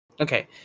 okay